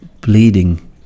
bleeding